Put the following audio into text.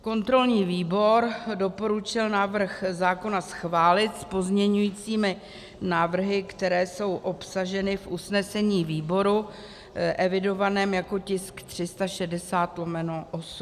Kontrolní výbor doporučil návrh zákona schválit s pozměňujícími návrhy, které jsou obsaženy v usnesení výboru evidovaném jako tisk 360/8.